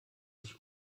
sich